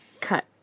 cut